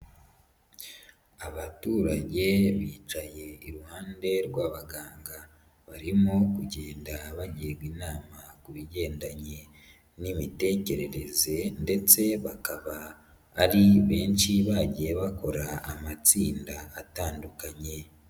Abatu bicaye iruhande rw'abaganga barimo kugenda bagirwa inama ku bigendanye n'imitekerereze, ndetse bakaba ari benshi bagiye bakora amatsinda atandukanye.